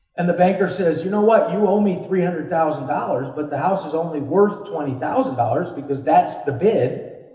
and the banker says, you know what, you owe me three hundred thousand dollars, but the house is only worth twenty thousand dollars because that's the bid.